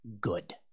good